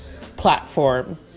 platform